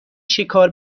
شکار